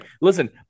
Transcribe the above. listen